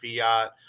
Fiat